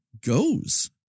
goes